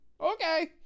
Okay